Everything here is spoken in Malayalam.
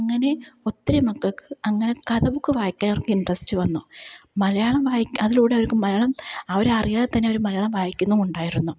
അങ്ങനെ ഒത്തിരി മക്കൾക്ക് അങ്ങനെ കഥ ബുക്ക് വായിക്കാന് ഇൻട്രസ്റ്റ് വന്നു മലയാളം വായിക്കാന് അതിലൂടെ അവർക്ക് മലയാളം അവരറിയാതെ തന്നെ അവർ മലയാളം വായിക്കുന്നും ഉണ്ടായിരുന്നു